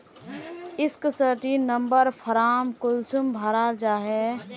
Sixteen number form कुंसम भराल जाछे?